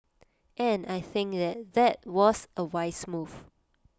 and I think that that was A wise move